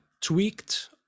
Tweaked